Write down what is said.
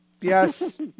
Yes